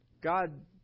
God